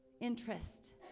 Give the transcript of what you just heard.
interest